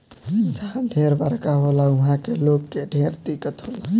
जहा ढेर बरखा होला उहा के लोग के ढेर दिक्कत होला